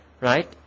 right